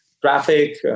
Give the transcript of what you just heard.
traffic